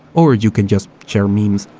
or you can just share memes.